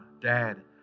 dad